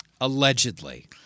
Allegedly